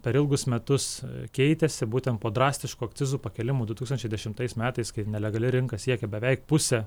per ilgus metus keitėsi būtent po drastiško akcizų pakėlimo du tūkstančiai dešimtais metais kai nelegali rinka siekė beveik pusę